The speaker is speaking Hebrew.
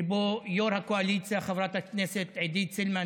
שבו יו"ר הקואליציה חברת הכנסת עידית סילמן,